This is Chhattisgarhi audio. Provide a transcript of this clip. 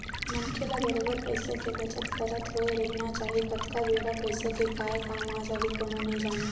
मनखे ल बरोबर पइसा के बचत करत होय रहिना चाही कतका बेर पइसा के काय काम आ जाही कोनो नइ जानय